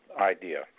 idea